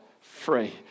free